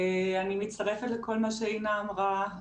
אני מצטרפת לכל מה שאינה אמרה.